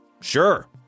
Sure